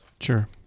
Sure